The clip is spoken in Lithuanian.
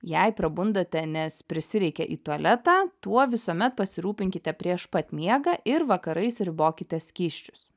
jei prabundate nes prisireikia į tualetą tuo visuomet pasirūpinkite prieš pat miegą ir vakarais ribokite skysčius